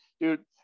dude